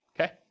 Okay